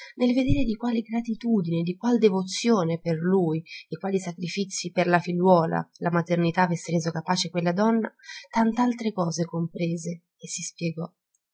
nel vedere di quale gratitudine di qual devozione per lui e di quali sacrifizii per la figliuola la maternità avesse reso capace quella donna tant'altre cose comprese e si spiegò